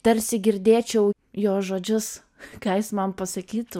tarsi girdėčiau jo žodžius ką jis man pasakytų